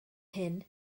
hyn